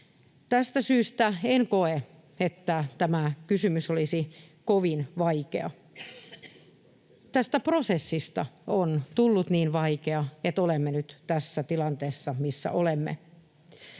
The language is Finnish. Tästä syystä en koe, että tämä kysymys olisi kovin vaikea — tästä prosessista on tullut niin vaikea, että olemme nyt tässä tilanteessa, missä olemme.